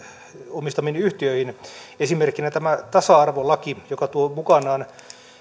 omistamiin yhtiöihin esimerkkinä tämä tasa arvolaki joka tuo mukanaan